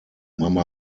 mamma